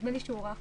נדמה לי שהוא הוארך